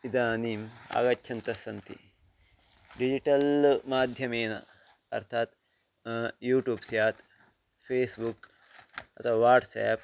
इदानीम् आगच्छन्तः सन्ति डिजिटल् माध्यमेन अर्थात् यूट्यूब् स्यात् फ़ेस्बुक् अथवा वाट्साप्